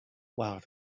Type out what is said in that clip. while